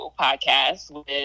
podcast